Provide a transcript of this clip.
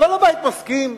וכל הבית מסכים,